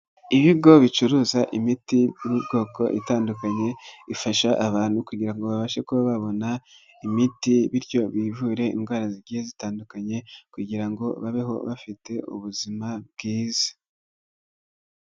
Ibigo bicuruza imiti y'ubwoko itandukanye, ifasha abantu kugira babashe kuba babona imiti bityo bivure indwara zigiye zitandukanye kugira ngo babeho bafite ubuzima bwiza.